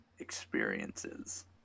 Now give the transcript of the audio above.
Experiences